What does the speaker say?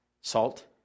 salt